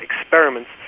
experiments